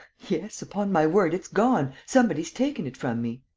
yes, upon my word, it's gone. somebody's taken it from me.